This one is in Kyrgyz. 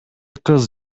кыз